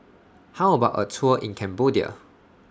How about A Tour in Cambodia